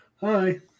Hi